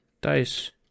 dice